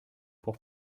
pour